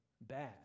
bad